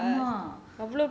she's very good